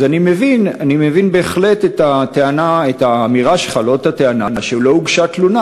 אז אני מבין בהחלט את האמירה שלך שלא הוגשה תלונה.